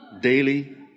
Daily